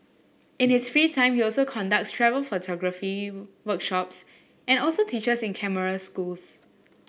in his free time you also conducts travel photography workshops and also teachers in camera schools